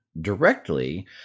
directly